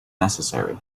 necessary